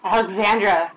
Alexandra